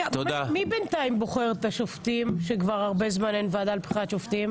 מי בינתיים בוחר את השופטים שכבר הרבה זמן אין ועדה לבחירת שופטים?